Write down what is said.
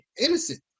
Innocent